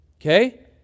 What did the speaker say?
okay